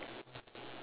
alright